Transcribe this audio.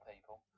people